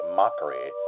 mockery